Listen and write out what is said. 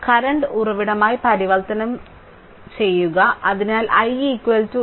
current ഉറവിടമായി പരിവർത്തനം ചെയ്യുക അതിനാൽ i 88 1 ആമ്പിയർ